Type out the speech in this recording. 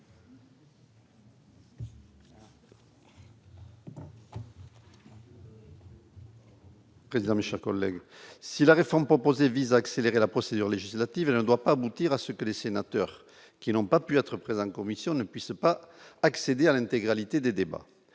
Que amis chers collègues, si la réforme proposée vise à accélérer la procédure législative ne doit pas aboutir à ce que les sénateurs qui n'ont pas pu être présent commission ne puissent pas accéder à l'intégralité des débats,